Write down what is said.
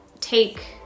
take